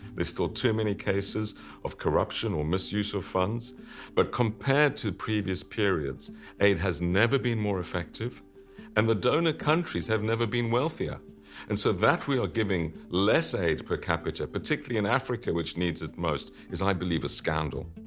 there's still too many cases of corruption or misuse of funds but compared to previous periods aid has never been more effective and the donor countries have never been wealthier and so that we are giving less aid per capita, particularly in africa which needs it most is i believe a scandal.